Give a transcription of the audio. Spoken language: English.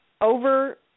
over